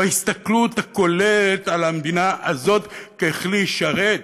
הוא ההסתכלות הכוללת על המדינה הזאת ככלי שרת.